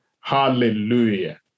Hallelujah